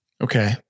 Okay